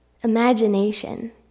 imagination